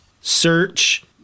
search